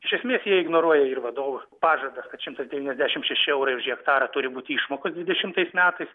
iš esmės jie ignoruoja ir vadovo pažadą kad šimtas devyniasdešimt šeši eurai už hektarą turi būti išmokos dvidešimtais metais